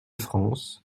france